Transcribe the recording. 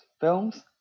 films